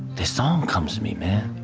the song comes to me, man.